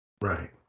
Right